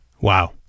Wow